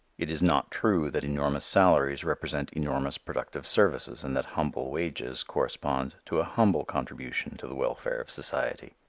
it is not true that enormous salaries represent enormous productive services and that humble wages correspond to a humble contribution to the welfare of society.